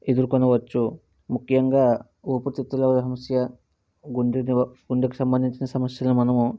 ఎదురుకొనవచ్చు ముఖ్యంగా ఉపితిత్తుల సమస్య గుండెని గుండెకి సంబంధించిన సమస్యలు మనము